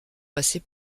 passer